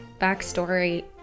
backstory